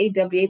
AWA